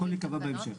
הכול ייקבע בהמשך.